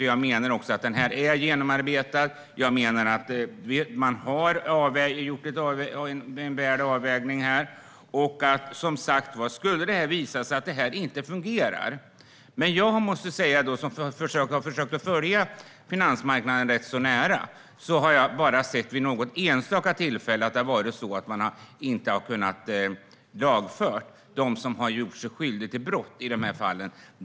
Det menar jag att den är och att det har gjorts en bra avvägning här. Jag har försökt följa finansmarknaden rätt så nära, och det är bara vid något enstaka tillfälle som man inte har kunnat lagföra dem som har gjort sig skyldiga till brott i de här fallen.